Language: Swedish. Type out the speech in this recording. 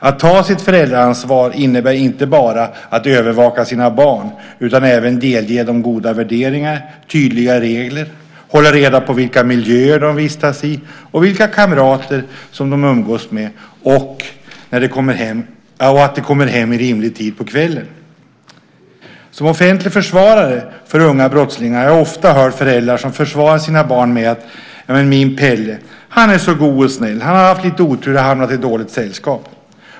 Att ta sitt föräldraansvar innebär inte bara att övervaka sina barn utan även att delge dem goda värderingar och tydliga regler, hålla reda på i vilka miljöer de vistas i, vilka kamrater som de umgås med och att de kommer hem i rimlig tid på kvällen. Som offentlig försvarare för unga brottslingar har jag ofta hört föräldrar som försvarar sina barn med att: Min Pelle, han är så god och snäll. Han har haft lite otur och hamnat i dåligt sällskap.